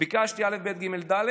ביקשתי א', ב', ג', ד',